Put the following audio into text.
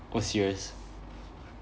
oh serious